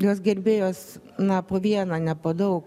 jos gerbėjos na po vieną ne po daug